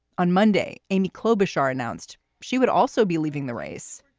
on monday, amy klobuchar announced she would also be leaving the race.